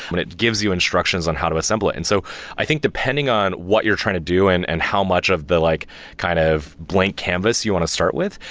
but it gives you instructions on how to assemble it and so i think depending on what you're trying to do and and how much of the like kind of blank canvas you want to start with,